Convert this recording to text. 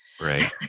Right